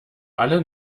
alle